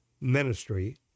ministry